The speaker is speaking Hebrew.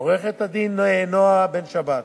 עורכת-הדין נועה בן-שבת,